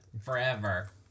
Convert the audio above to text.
Forever